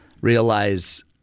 realize –